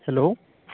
hello